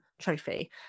trophy